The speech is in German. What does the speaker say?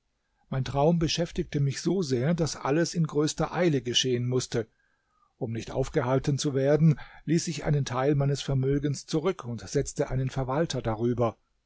mein traum beschäftigte mich so sehr daß alles in größter eile geschehen mußte um nicht aufgehalten zu werden ließ ich einen teil meines vermögens zurück und setzte einen verwalter darüber